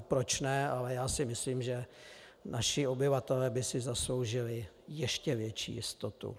Proč ne, ale já si myslím, že naši obyvatelé by si zasloužili ještě větší jistotu.